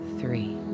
three